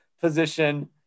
position